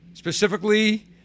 Specifically